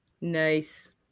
Nice